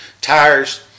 tires